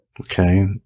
Okay